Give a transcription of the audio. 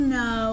no